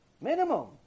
Minimum